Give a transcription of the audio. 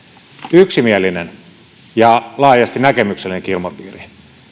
yksimielinen ja laajasti näkemyksellinenkin ilmapiiri